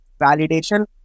validation